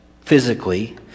physically